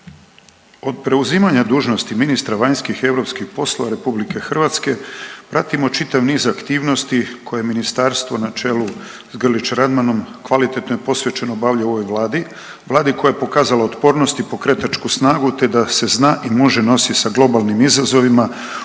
Od preuzimanja dužnosti ministra vanjskih i europskih poslova Republike Hrvatske pratimo čitav niz aktivnosti koje Ministarstvo na čelu s Grlić Radmanom kvalitetno i posvećeno obavlja u ovoj Vladi, Vladi koja je pokazala otpornost i pokretačku snagu te da se zna i može nositi sa globalnim izazovima od